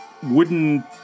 Wooden